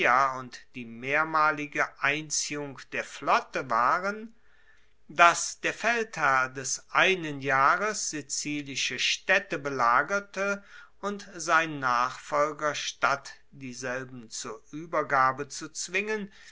und die mehrmalige einziehung der flotte waren dass der feldherr des einen jahres sizilische staedte belagerte und sein nachfolger statt dieselben zur uebergabe zu zwingen